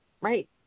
Right